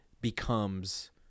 becomes